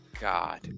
God